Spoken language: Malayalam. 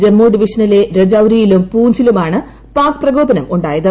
ജമ്മു ഡിവിഷനിലെ രജൌരിയിലും പൂഞ്ചിലുമാണ് പാക് പ്രകോപനം ഉണ്ടായത്